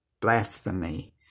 blasphemy